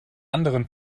anderen